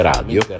Radio